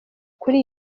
kuri